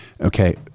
Okay